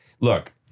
look